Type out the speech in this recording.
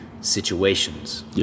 situations